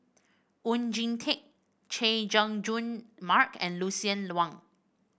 Oon Jin Teik Chay Jung Jun Mark and Lucien Wang